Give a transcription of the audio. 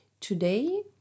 Today